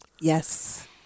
Yes